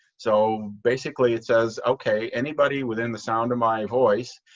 so basically it says okay, anybody within the sound of my voice